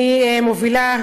אני מובילה,